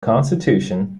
constitution